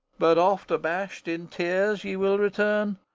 but oft abashed in tears ye will return.